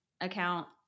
account